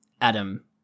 Adam